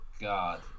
God